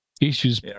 issues